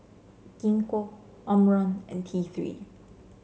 Gingko Omron and T Three